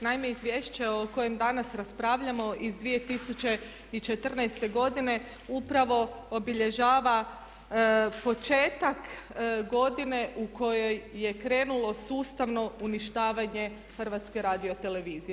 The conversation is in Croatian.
Naime, izvješće o kojem danas raspravljamo iz 2014.godine upravo obilježava početak godine u kojoj je krenulo sustavno uništavanje HRT-a.